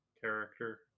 character